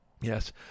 yes